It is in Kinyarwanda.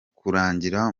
kurangira